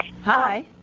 Hi